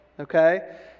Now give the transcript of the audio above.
Okay